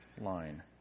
line